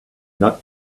not